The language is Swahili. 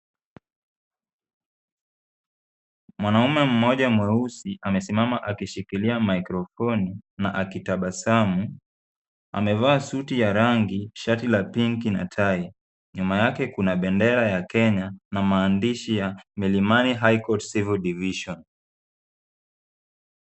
Mwanume mmoja mweusi amesimama akishikilia mikrofoni na akitabasamu. Amevaa suti, shati la pinki na tai. Nyuma yake kuna bendera ya Kenya na maandishi ya Milimani high court civil division .